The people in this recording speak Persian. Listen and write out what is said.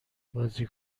بازی